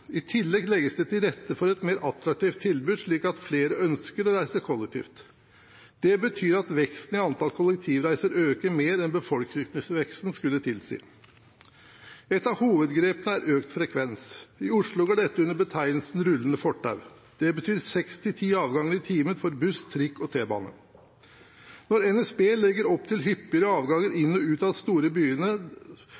I tillegg legges det til rette for et mer attraktivt tilbud slik at flere ønsker å reise kollektivt. Det betyr at veksten i antall kollektivreiser øker mer enn befolkningsveksten skulle tilsi. Ett av hovedgrepene er økt frekvens. I Oslo går dette under betegnelsen «rullende fortau». Det betyr seks–ti avganger i timen for buss, trikk og T-bane. Når NSB legger opp til hyppigere avganger